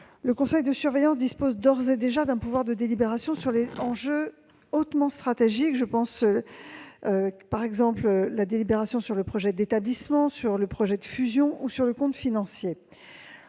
Le conseil de surveillance dispose d'ores et déjà d'un pouvoir de délibération sur les enjeux hautement stratégiques. Je pense par exemple aux délibérations sur le projet d'établissement, sur le projet de fusion ou sur le compte financier.